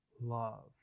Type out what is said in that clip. love